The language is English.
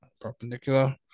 perpendicular